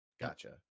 Gotcha